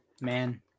man